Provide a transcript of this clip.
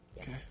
Okay